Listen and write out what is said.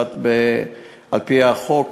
על-פי החוק.